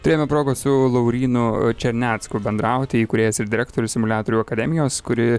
turėjome progos su lauryno černecku bendrauti įkūrėjas ir direktorius simuliatorių akademijos kuri